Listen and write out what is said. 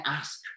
ask